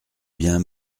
bien